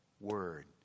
word